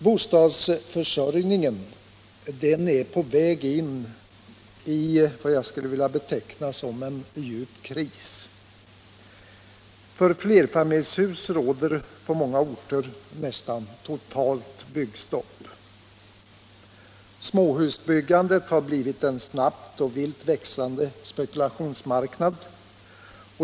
Bostadsförsörjningen är på väg in i vad jag skulle vilja beteckna som en djup kris. För flerfamiljshus råder på många orter nästan totalt byggstopp. Småhusbyggandet har blivit en snabbt och vilt växande spekulationsmarknad.